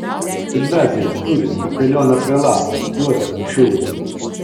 gimnazija turi kapelioną prelatą juozą šiurį